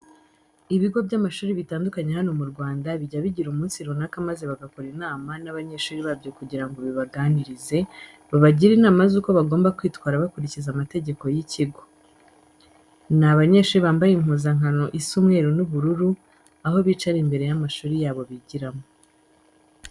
Ibigo by'amashuri bitandukanye hano mu Rwanda bijya bigira umunsi runaka maze bagakorana inama n'abanyeshuri babyo kugira ngo bibaganirize, babagire inama z'uko bagomba kwitwara bakurikiza amategeko y'ikigo. Ni abanyeshuri bambaye impuzankano isa umweru n'ubururu, aho bicaye imbere y'amashuri yabo bigiramo.